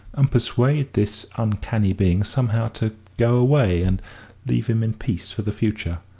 and persuade this uncanny being somehow to go away and leave him in peace for the future.